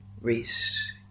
race